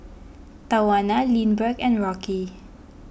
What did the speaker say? Tawana Lindbergh and Rocky